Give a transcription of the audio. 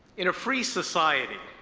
in a free society,